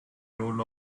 role